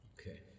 Okay